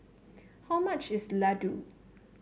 how much is Ladoo